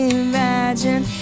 imagine